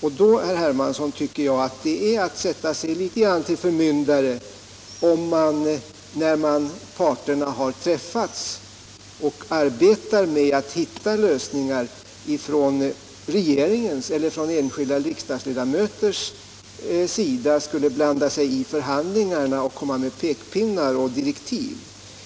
Och då, herr Hermansson, tycker jag att det i någon mån är att sätta sig som förmyndare, om regeringen eller enskilda ledamöter, när parterna har träffats och arbetar med att hitta lösningar, skulle blanda sig i förhandlingarna och komma med pekpinnar och direktiv.